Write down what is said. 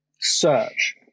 search